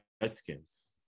Redskins